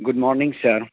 good morning sir